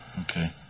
Okay